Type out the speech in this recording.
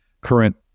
current